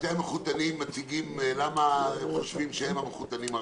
שני המחותנים מציגים למה הם חושבים שהם המחותנים הראשיים,